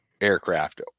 aircraft